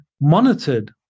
monitored